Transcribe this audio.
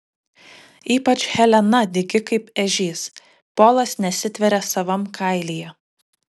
ypač helena dygi kaip ežys polas nesitveria savam kailyje